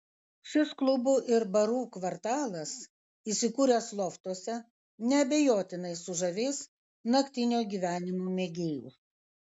šis klubų ir barų kvartalas įsikūręs loftuose neabejotinai sužavės naktinio gyvenimo mėgėjus